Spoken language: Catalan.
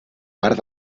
part